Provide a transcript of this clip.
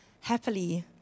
happily